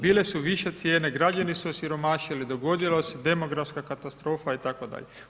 Bile su više cijene, građani su osiromašili, dogodila se demografska katastrofa itd.